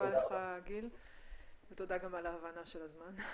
גיל תודה גם על ההבנה לגבי הזמן.